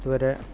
ഇതുവരേ